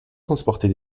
transporter